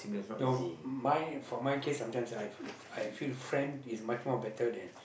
no my for my case I'm just that I I feel friend is much more better than